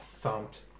thumped